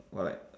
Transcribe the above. or like